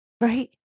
Right